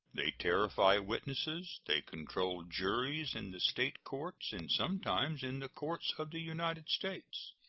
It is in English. they terrify witnesses they control juries in the state courts, and sometimes in the courts of the united states.